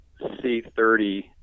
C30